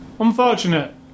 Unfortunate